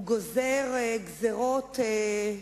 הוא גוזר גזירות כאלה,